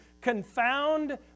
confound